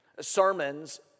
Sermons